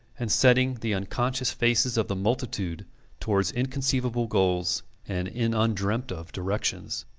and setting the unconscious faces of the multitude towards inconceivable goals and in undreamt-of directions.